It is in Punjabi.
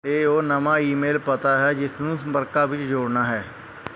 ਇਹ ਉਹ ਨਵਾਂ ਈਮੇਲ ਪਤਾ ਹੈ ਜਿਸਨੂੰ ਸੰਪਰਕਾਂ ਵਿੱਚ ਜੋੜਨਾ ਹੈ